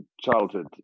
childhood